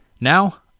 Now